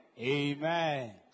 Amen